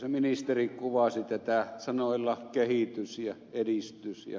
arvoisa ministeri kuvasi tätä sanoilla kehitys ja edistys jnp